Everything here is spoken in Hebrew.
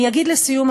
אני אגיד לסיום,